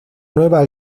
nueva